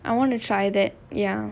I want to try that ya